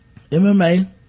MMA